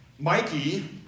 Mikey